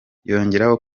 yongeraho